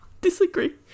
disagree